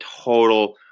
total